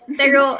pero